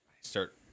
start